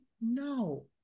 No